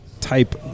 type